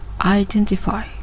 Identify